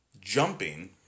Jumping